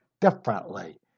differently